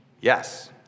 Yes